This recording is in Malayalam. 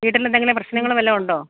വീട്ടിൽ എന്തെങ്കിലും പ്രശ്നങ്ങൾ വല്ലതും ഉണ്ടോ